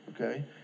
okay